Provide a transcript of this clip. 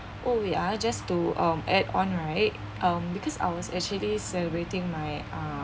oh ya just to um add on right um because I was actually celebrating my uh